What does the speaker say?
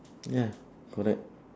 ya correct